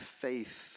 faith